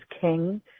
King